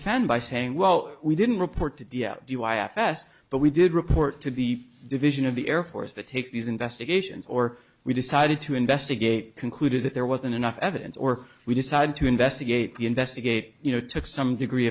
fend by saying well we didn't report to us but we did report to the division of the air force that takes these investigations or we decided to investigate concluded that there wasn't enough evidence or we decided to investigate the investigate you know took some degree